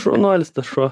šaunuolis tas šuo